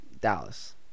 Dallas